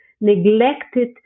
neglected